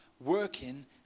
working